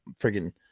Friggin